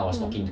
mm